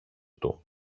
του